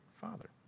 father